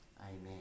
Amen